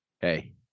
hey